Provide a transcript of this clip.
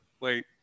Wait